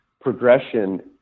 Progression